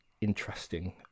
interesting